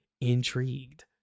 intrigued